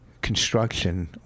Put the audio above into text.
construction